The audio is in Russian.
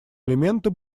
элементы